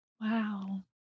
wow